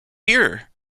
here